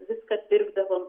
viską pirkdavom